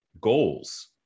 goals